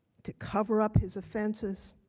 to cover up his offenses,